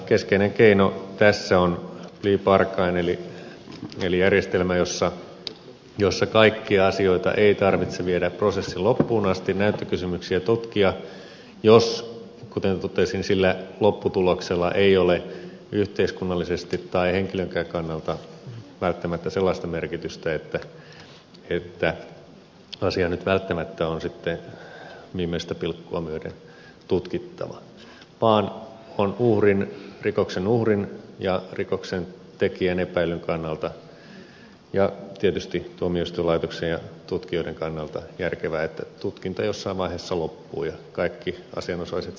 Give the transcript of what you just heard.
keskeinen keino tässä on plea bargain eli järjestelmä jossa kaikkia asioita ei tarvitse viedä prosessin loppuun asti näyttökysymyksiä tutkia jos kuten totesin lopputuloksella ei ole yhteiskunnallisesti tai henkilönkään kannalta välttämättä sellaista merkitystä että asia välttämättä on viimeistä pilkkua myöten tutkittava vaan on rikoksen uhrin ja rikoksen tekijän epäillyn kannalta ja tietysti tuomioistuinlaitoksen ja tutkijoiden kannalta järkevää että tutkinta jossain vaiheessa loppuu ja kaikki asianosaiset siihen tyytyvät